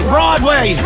Broadway